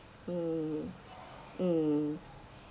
mm mm